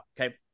Okay